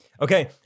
okay